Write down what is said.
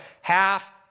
half